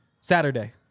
Saturday